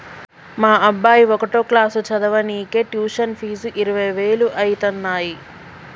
మా అబ్బాయి ఒకటో క్లాసు చదవనీకే ట్యుషన్ ఫీజు ఇరవై వేలు అయితన్నయ్యి